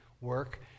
work